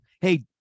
Hey